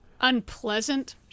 unpleasant